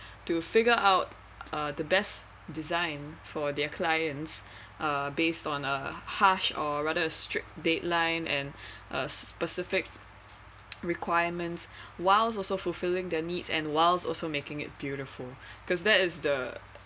to figure out the best design for their clients uh based on a harsh or rather strict dateline and a specific requirements while is also fulfilling their needs and while also making it beautiful cause that is the